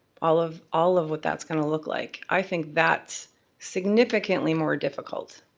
all of all of what that's gonna look like, i think that's significantly more difficult